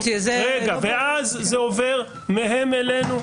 ואז זה עובר מהם אלינו.